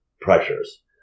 pressures